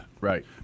Right